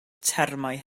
termau